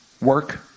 work